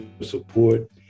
support